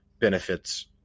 benefits